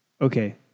Okay